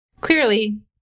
Clearly